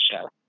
show